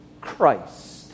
Christ